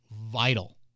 vital